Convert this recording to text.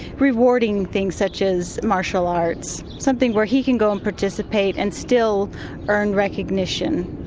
rewarding things such as martial arts, something where he can go and participate and still earn recognition.